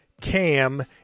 Cam